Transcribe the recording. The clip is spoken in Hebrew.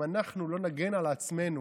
אם אנחנו לא נגן על עצמנו,